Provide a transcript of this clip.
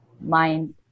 mind